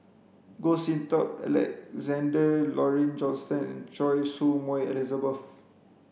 Goh Sin Tub Alexander Laurie Johnston and Choy Su Moi Elizabeth